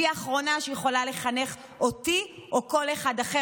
והיא האחרונה שיכולה לחנך אותי או את כל אחד אחר.